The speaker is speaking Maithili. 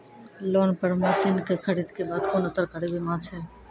लोन पर मसीनऽक खरीद के बाद कुनू सरकारी बीमा छै?